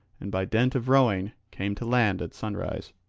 and by dint of rowing came to land at sunrise.